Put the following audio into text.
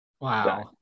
Wow